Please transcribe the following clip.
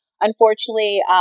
unfortunately